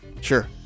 Sure